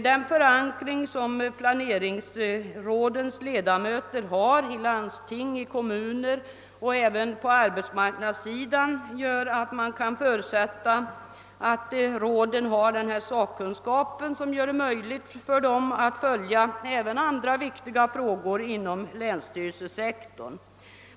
Den förankring som planeringsrådens ledamöter har i landsting, i kommuner och även på arbetsmarknadssidan gör, att man kan förutsätta att råden äger den sakkunskap som gör det möjligt för dem att följa även andra viktiga frågor inom länsstyrelsesektorn.